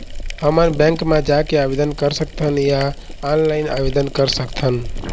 हमन बैंक मा जाके आवेदन कर सकथन या ऑनलाइन आवेदन कर सकथन?